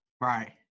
Right